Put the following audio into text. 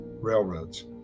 railroads